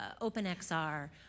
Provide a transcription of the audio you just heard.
OpenXR